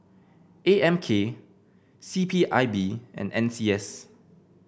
A M K C P I B and N C S